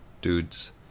Dudes